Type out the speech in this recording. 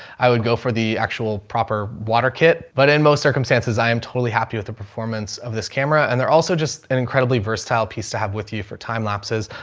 i would go for the actual proper water kit. but in most circumstances, i am totally happy with the performance of this camera. and they're also just an incredibly versatile piece to have with you for time lapses.